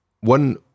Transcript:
one